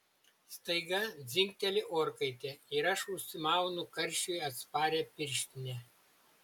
staiga dzingteli orkaitė ir aš užsimaunu karščiui atsparią pirštinę